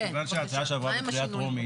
כיוון שההצעה שעברה בקריאה טרומית